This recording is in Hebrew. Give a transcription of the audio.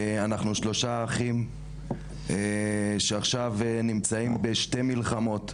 אנחנו שלושה אחים שעכשיו נמצאים בשתי מלחמות,